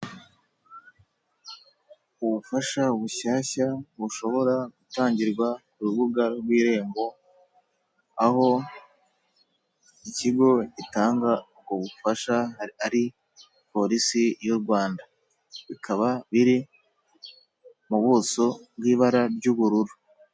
Ubufasha bushyashya bushobora gutangirwa ku rubuga rw' irembo aho ikigo gitanga ubwo bufasha ari porisi y'urwanda bikaba biri mu buso bw'ibara ry'ubururu.